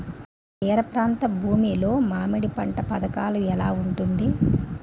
తీర ప్రాంత భూమి లో మామిడి పంట పథకాల ఎలా ఉంటుంది?